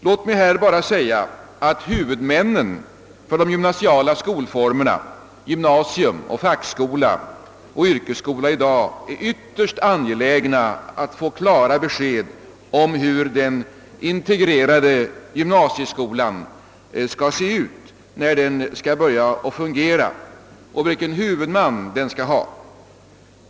Låt mig här bara säga att huvudmännen för de gymnasiala skolformerna — gymnasium, fackskola och yrkesskola — är ytterst angelägna att få klara besked om hur den integrerade gymnasieskolan skall se ut, när den skall börja fungera och vilken huvudman den skall ha.